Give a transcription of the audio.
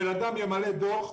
בן אדם ימלא דוח,